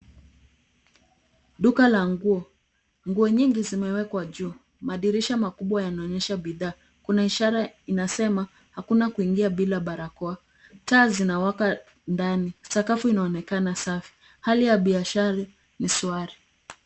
Duka la nguo. Nguo nyingi zimewekwa juu. Madirisha makubwa yanaonyesha bidhaa. Kuna ishara inasema, "hakuna kuingia bila barakoa". Taa zinawaka ndani. Sakafu inaonekana safi. Hali ya biashara ni shwari.